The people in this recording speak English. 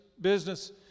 business